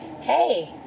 hey